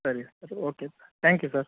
ಸರಿ sir okay sir thank you sir